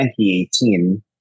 2018